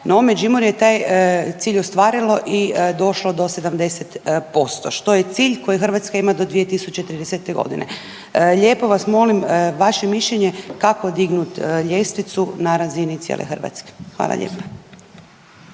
No, Međimurje je taj cilj ostvarilo i došlo do 70% što je cilj koji Hrvatska ima do 2030. godine. Lijepo vas molim vaše mišljenje kako dignuti ljestvicu na razini cijele Hrvatske. Hvala lijepa.